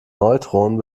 neutronen